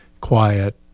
quiet